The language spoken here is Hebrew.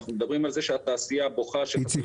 אנחנו מדברים על זה שהתעשייה בוכה --- איציק,